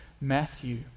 Matthew